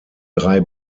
drei